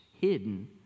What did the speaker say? hidden